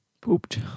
Pooped